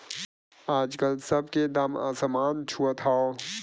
आजकल सब के दाम असमान छुअत हौ